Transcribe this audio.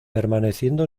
permaneciendo